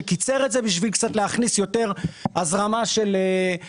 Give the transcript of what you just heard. שקיצר את זה בשביל להכניס קצת יותר השקעות בנדל"ן,